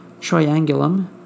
triangulum